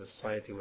society